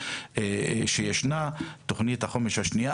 יש גם את תוכנית החומש הנוכחית,